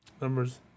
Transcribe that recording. Numbers